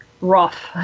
rough